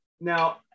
now